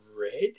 red